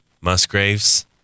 Musgraves